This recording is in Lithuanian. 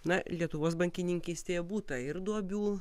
na lietuvos bankininkystėje būta ir duobių